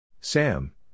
Sam